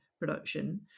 production